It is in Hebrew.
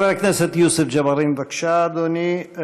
חבר הכנסת יוסף ג'בארין, בבקשה, אדוני.